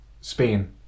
Spain